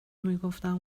میگفتم